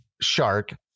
shark